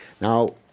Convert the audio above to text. Now